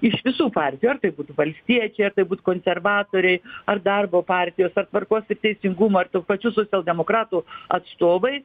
iš visų partijų ar tai būtų valstiečiai ar tai būtų konservatoriai ar darbo partijos ar tvarkos ir teisingumo ar tų pačių socialdemokratų atstovai